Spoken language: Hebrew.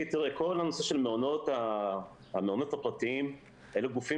כל הנושא של המעונות הפרטיים אלו גופים